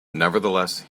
nevertheless